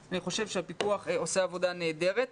אני חושב שהפיקוח עושה עבודה נהדרת.